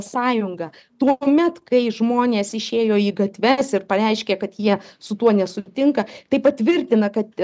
sąjungą tuomet kai žmonės išėjo į gatves ir pareiškė kad jie su tuo nesutinka tai patvirtina kad